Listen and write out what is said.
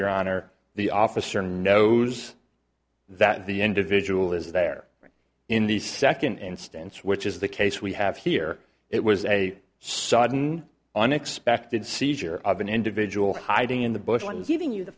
your honor the officer knows that the individual is there in the second instance which is the case we have here it was a sudden unexpected seizure of an individual hiding in the bush